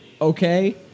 okay